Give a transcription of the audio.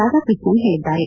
ರಾಧಾಕೃಷ್ಣನ್ ಹೇಳಿದ್ದಾರೆ